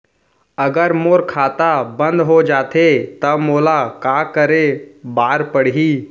अगर मोर खाता बन्द हो जाथे त मोला का करे बार पड़हि?